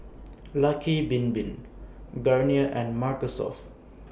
Lucky Bin Bin Garnier and Mark Soft